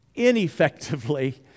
ineffectively